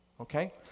Okay